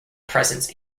presence